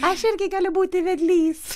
aš irgi galiu būti vedlys